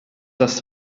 das